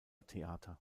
theater